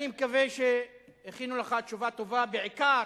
אני מקווה שהכינו לך תשובה טובה, בעיקר